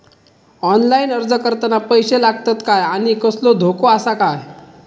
Online अर्ज करताना पैशे लागतत काय आनी कसलो धोको आसा काय?